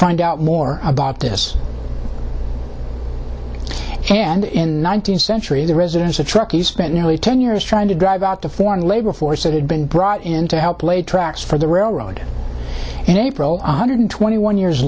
find out more about this and in nineteen century the residents of truckies spent nearly ten years trying to drive out the foreign labor force that had been brought in to help laid tracks for the railroad in april one hundred twenty one years